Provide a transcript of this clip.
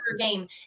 game